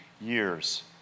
years